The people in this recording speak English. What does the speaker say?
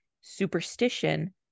superstition